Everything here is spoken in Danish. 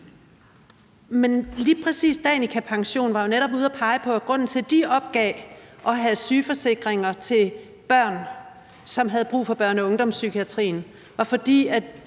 Men lige præcis Danica Pension var jo netop ude at pege på, at grunden til, at de opgav at have sygeforsikringer til børn, som havde brug for børne- og ungdomspsykiatrien, var, at